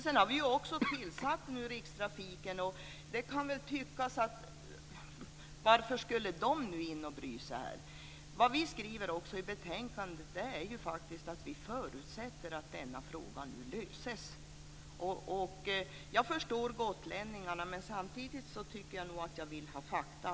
Sedan har vi tillsatt Rikstrafiken som har fått i uppdrag att utreda frågan vidare, och man kan ju i och för sig undra varför den skulle gå in och bry sig. Vi skriver i betänkandet att vi förutsätter att denna fråga nu löses. Jag förstår gotlänningarna, men samtidigt vill jag ha ordentliga fakta.